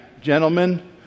gentlemen